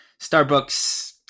Starbucks